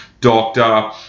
doctor